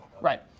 Right